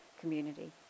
community